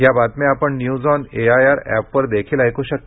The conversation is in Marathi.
या बातम्या आपण न्यूज ऑन एआयआर ऍपवर देखील ऐकू शकता